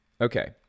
okay